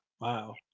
Wow